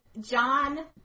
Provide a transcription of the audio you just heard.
John